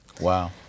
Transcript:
Wow